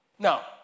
Now